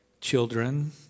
children